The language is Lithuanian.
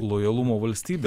lojalumo valstybė